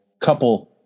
couple